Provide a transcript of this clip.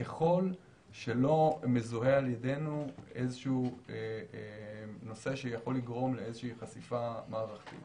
ככל שלא מזוהה על ידנו נושא שיכול לגרום לאיזושהי חשיפה מערכתית.